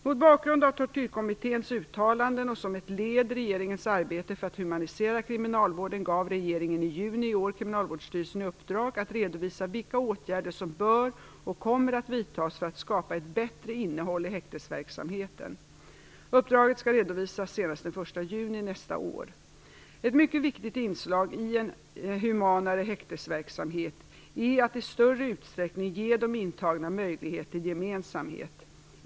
Mot bakgrund av Tortyrkommitténs uttalanden och som ett led i regeringens arbete för att humanisera kriminalvården gav regeringen i juni i år Kriminalvårdsstyrelsen i uppdrag att redovisa vilka åtgärder som bör och kommer att vidtas för att skapa ett bättre innehåll i häktesverksamheten. Uppdraget skall redovisas senast den 1 juni nästa år. Ett mycket viktigt inslag i en humanare häktesverksamhet är att i större utsträckning ge de intagna möjlighet till gemensamhet.